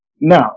Now